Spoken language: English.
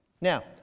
Now